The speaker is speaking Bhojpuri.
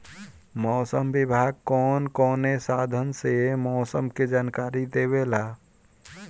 मौसम विभाग कौन कौने साधन से मोसम के जानकारी देवेला?